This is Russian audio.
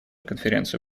конференцию